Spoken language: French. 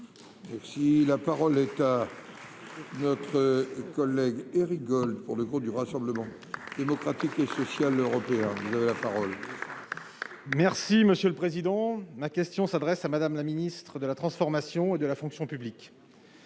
Si la parole est à notre collègue et rigole pour le gros du rassemblement. Démocratique et social européen de la parole. Merci monsieur le président, ma question s'adresse à Madame la Ministre de la transformation et de la fonction publique.